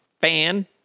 fan